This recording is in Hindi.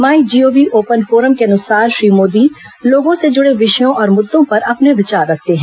माई जीओवी ओपन फोरम के अनुसार श्री मोदी लोगों से जुड़े विषयों और मुद्दों पर अपने विचार रखते हैं